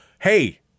hey